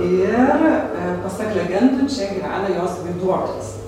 ir pasak legendų čia gyvena jos vaiduoklis